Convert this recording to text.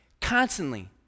constantly